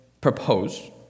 propose